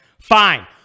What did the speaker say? Fine